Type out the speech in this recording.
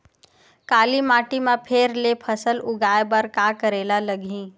काली माटी म फेर ले फसल उगाए बर का करेला लगही?